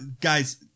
Guys